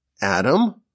Adam